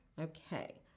okay